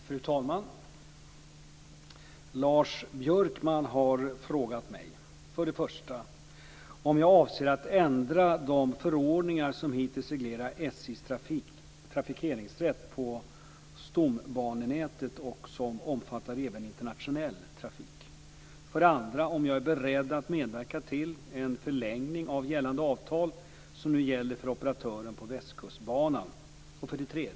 Fru talman! Lars Björkman har frågat mig: 1. Om jag avser att ändra de förordningar som hittills reglerat SJ:s trafikeringsrätt på stombanenätet och som även omfattar internationell trafik. 2. Om jag är beredd att medverka till en förlängning av det avtal som gäller för operatören på Västkustbanan. 3.